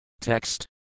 Text